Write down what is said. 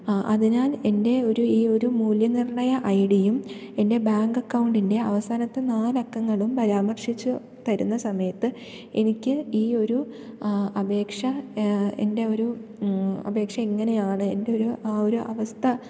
അതിനാൽ എൻ്റെ ഒരു ഈയൊരു മൂല്യനിർണയ ഐഡിയും എൻ്റെ ബാങ്ക് അക്കൗണ്ടിൻ്റെ അവസാനത്തെ നാല് അക്കങ്ങളും പരാമർശിച്ചു തരുന്ന സമയത്ത് എനിക്ക് ഈയൊരു അപേക്ഷ എൻ്റെ ഒരു അപേക്ഷ ഇങ്ങനെയാണ് എൻ്റെ ഒരു ആ അവസ്ഥ